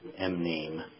mname